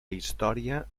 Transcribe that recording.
història